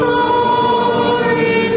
Glory